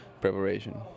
preparation